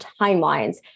timelines